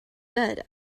bed